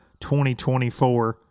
2024